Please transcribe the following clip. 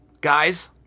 guys